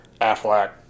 Affleck